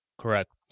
Correct